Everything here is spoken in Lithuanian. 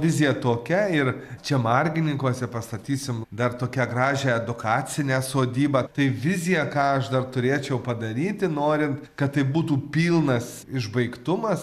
vizija tokia ir čia margininkuose pastatysim dar tokią gražią edukacinę sodybą tai viziją ką aš dar turėčiau padaryti norint kad tai būtų pilnas išbaigtumas